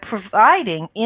providing